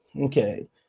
Okay